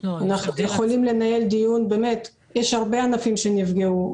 יש הרבה ענפים שנפגעו,